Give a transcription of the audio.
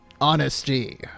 Honesty